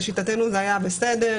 לשיטתנו זה היה בסדר.